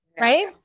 right